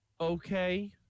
Okay